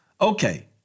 Okay